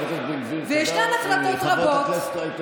ישנן החלטות רבות, רגע, רגע, רגע.